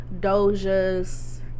Doja's